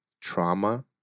trauma